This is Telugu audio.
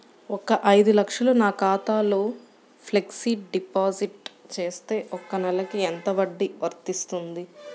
ఒక ఐదు లక్షలు నా ఖాతాలో ఫ్లెక్సీ డిపాజిట్ చేస్తే ఒక నెలకి ఎంత వడ్డీ వర్తిస్తుంది?